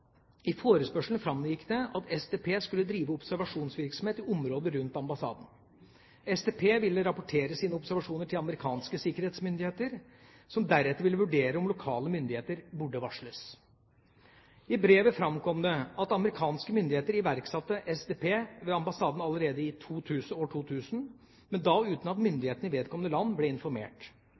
I forespørselen framgikk det at SDP skulle drive observasjonsvirksomhet i området rundt ambassaden. SDP ville rapportere sine observasjoner til amerikanske sikkerhetsmyndigheter, som deretter ville vurdere om lokale myndigheter burde varsles. I brevet framkom det at amerikanske myndigheter iverksatte SDP ved ambassaden allerede i 2000, men da uten at myndighetene i vedkommende land ble informert.